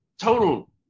total